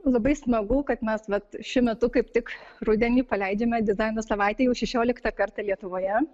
labai smagu kad mes vat šiuo metu kaip tik rudenį paleidžiame dizaino savaitę jau šešioliktą kartą lietuvoje